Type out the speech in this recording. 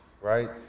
Right